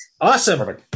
Awesome